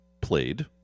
played